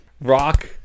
Rock